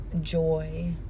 joy